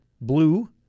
Blue